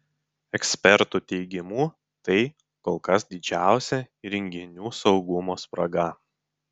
ekspertų teigimu tai kol kas didžiausia įrenginių saugumo spraga